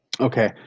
Okay